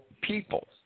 people